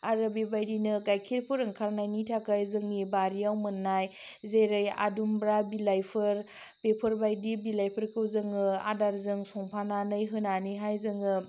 आरो बेबायदिनो गायखेरफोर ओंखारनायनि थाखाय जोंनि बारियाव मोननाय जेरै आदुमब्रा बिलाइफोर बेफोरबायदि बिलाइफोरखौ जोङो आदारजों संफानानै होनानैहाय जोङो